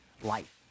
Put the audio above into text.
life